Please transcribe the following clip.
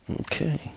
Okay